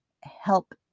help